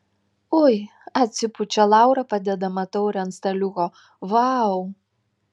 ui atsipučia laura padėdama taurę ant staliuko vau